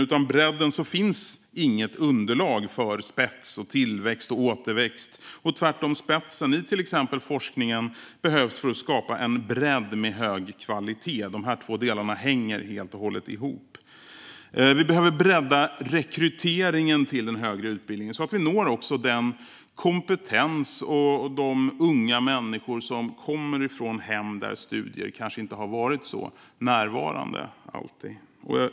Utan bredden finns inget underlag för spets, tillväxt och återväxt, och tvärtom behövs spetsen i forskningen för att skapa en bredd med hög kvalitet. De här två delarna hänger helt och hållet ihop. Vi behöver bredda rekryteringen till den högre utbildningen, så att vi når de unga människor som kommer från hem där studier kanske inte alltid har varit så närvarande.